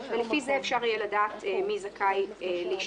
ולפי זה אפשר יהיה לדעת מי זכאי להשתתף.